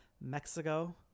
Mexico